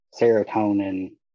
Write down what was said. serotonin